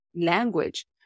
language